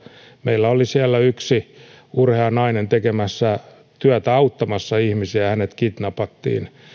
meillä oli siellä yksi urhea nainen tekemässä työtä auttamassa ihmisiä ja hänet kidnapattiin